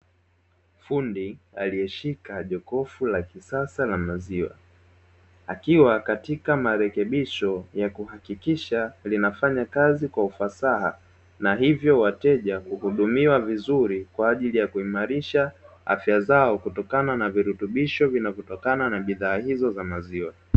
Fundi alieshika jokofu la kisasa la maziwa, akiwa katika marekebisho ya kuhakikisha linafanya kazi kwa ufasaha na hivyo wateja kuhudumiwa vizuri, kwa ajili ya kuimarisha afya zao kutokana na virutubisho vinavyotokana na bidhaa hizo za maziwa.